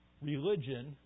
Religion